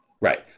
Right